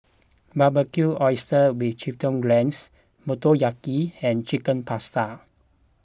Barbecued Oysters with Chipotle Glaze Motoyaki and Chicken Pasta